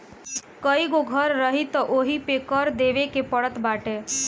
कईगो घर रही तअ ओहू पे कर देवे के पड़त बाटे